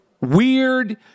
Weird